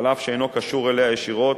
אף שאינו קשור אליה ישירות,